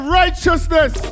righteousness